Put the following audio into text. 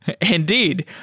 Indeed